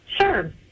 Sure